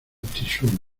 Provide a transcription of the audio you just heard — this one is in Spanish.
tixul